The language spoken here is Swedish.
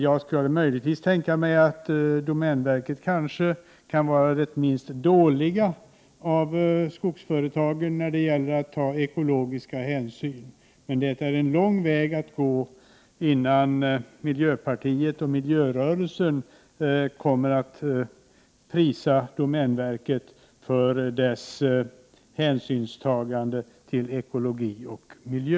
Jag kan möjligtvis tänka mig att domänverket kan vara det minst dåliga av skogsföretagen när det gäller att ta ekologiska hänsyn, men det är en lång väg att gå innan miljöpartiet och miljörörelsen kommer att prisa domänverket för dess hänsynstagande till ekologi och miljö.